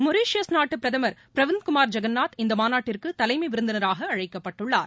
Mauritius நாட்டு பிரதமர் பிரவீந்த் குமார் ஐகன்நாத் இந்த மாநாட்டிற்கு தலைமை விருந்தினராக அழைக்கப்பட்டுள்ளார்